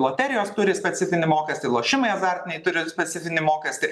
loterijos turi specifinį mokestį lošimai azartiniai turi specifinį mokestį